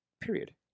Period